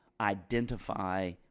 identify